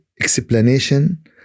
explanation